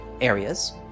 areas